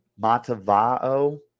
Matavao